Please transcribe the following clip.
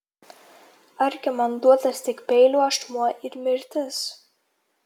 argi man duotas tik peilio ašmuo ir mirtis